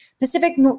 Pacific